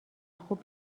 خوب